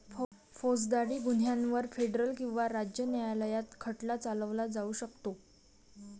फौजदारी गुन्ह्यांवर फेडरल किंवा राज्य न्यायालयात खटला चालवला जाऊ शकतो